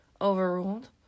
Overruled